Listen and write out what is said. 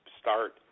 start